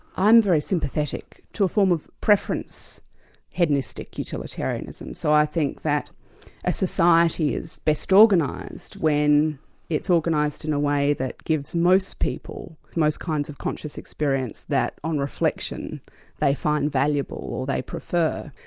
i'm very sympathetic to a form of preference hedonistic utilitarianism. so i think that a society is best organized when it's organized in a way that gives most people most kinds of conscious experience that, on reflection they find valuable or they prefer.